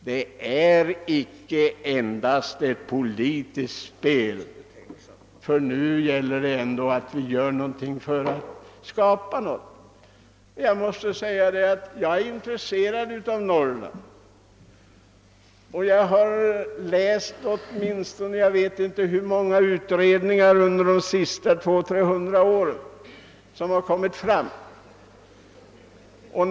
Det är icke endast fråga om ett politiskt spel, om man verkligen vill skapa någonting. Jag är intresserad av Norrland, och jag vet inte hur många utredningar jag läst som har gjorts under de senaste 200—300 åren.